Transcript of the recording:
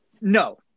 No